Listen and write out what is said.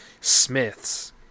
Smith's